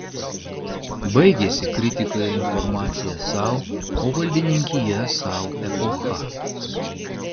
baigėsi kritika ir informacija sau o valdininkija sau epocha